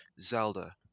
zelda